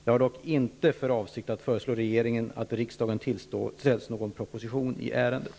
Jag har dock inte för avsikt att föreslå regeringen att riksdagen tillställs någon proposition i ärendet.